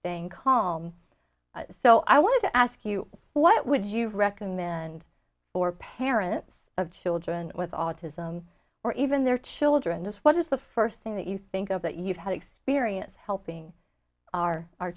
thing called so i want to ask you what would you recommend for parents of children with autism or even their children this what is the first thing that you think of that you've had experience helping our our